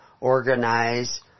Organize